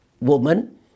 woman